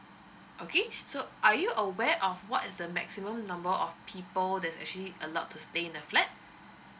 okay so are you aware of what's the maximum number of people that's actually allowed to stay in a flat